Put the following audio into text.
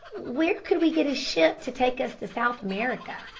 where could we get a ship to take us to south america?